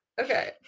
okay